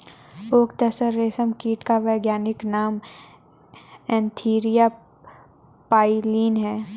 okay tasar रेशम कीट का वैज्ञानिक नाम एन्थीरिया प्राइलीन है